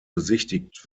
besichtigt